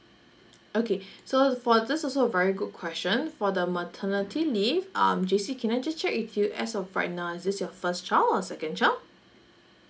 okay so for this is also a very good question for the maternity leave um jacey can I just check with you as of right now is this your first child or second child